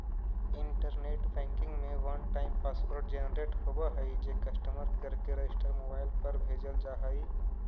internet banking में one time password generate होवऽ हइ जे कस्टमर के रजिस्टर्ड मोबाइल पर भेजल जा हइ